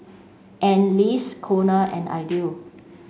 Anneliese Konner and Idell